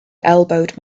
elbowed